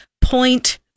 point